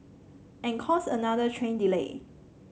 and cause another train delay